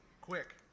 quick